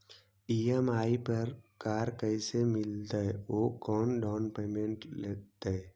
EMI पर car कैसे मिलतै औ कोन डाउकमेंट लगतै?